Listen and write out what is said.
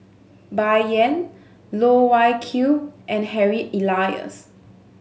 Bai Yan Loh Wai Kiew and Harry Elias